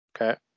Okay